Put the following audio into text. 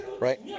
right